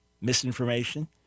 misinformation